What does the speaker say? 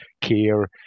care